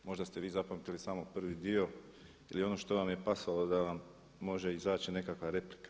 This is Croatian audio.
Možda ste vi zapamtili samo prvi dio ili ono što vam je pasalo da vam može izaći nekakva replika.